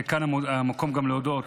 זה המקום להודות